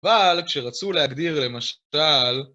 אבל כשרצו להגדיר למשל